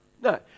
No